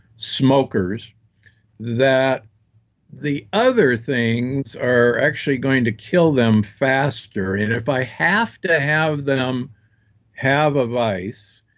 smokers that the other things are actually going to kill them faster, and if i have to have them have advice,